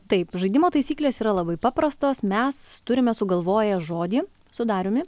taip žaidimo taisyklės yra labai paprastos mes turime sugalvoję žodį su dariumi